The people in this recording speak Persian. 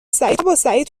سعید